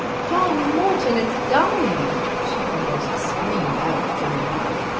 john morton is dying, she almost screamed out to her mother.